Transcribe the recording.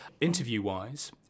Interview-wise